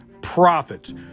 profits